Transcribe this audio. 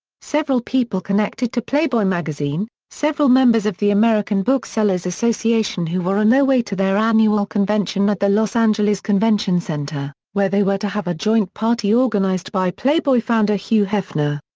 several people connected to playboy magazine several members of the american booksellers association who were on their way to their annual convention at the los angeles convention center, where they were to have a joint party organized by playboy founder hugh hefner.